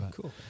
Cool